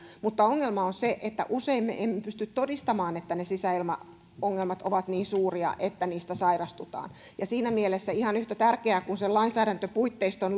mutta ongelma on se että usein me emme pysty todistamaan että ne sisäilmaongelmat ovat niin suuria että niistä sairastutaan siinä mielessä ihan yhtä tärkeää kuin sen lainsäädäntöpuitteiston